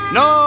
no